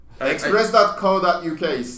Express.co.uk